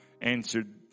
answered